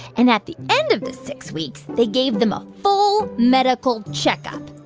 and at the end of the six weeks, they gave them a full medical checkup,